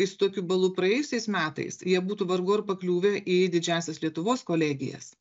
tai su tokiu balu praėjusiais metais jie būtų vargu ar pakliuvę į didžiąsias lietuvos kolegijas